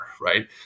right